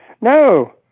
no